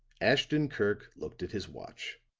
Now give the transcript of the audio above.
ashton-kirk looked at his watch.